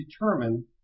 determine